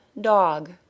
dog